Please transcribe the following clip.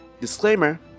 Disclaimer